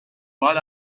what